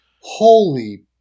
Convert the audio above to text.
Holy